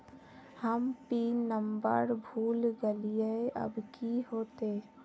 हम pin number भूल गलिऐ अब की होते?